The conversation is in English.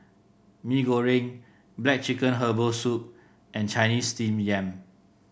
Mee Goreng black chicken Herbal Soup and Chinese Steamed Yam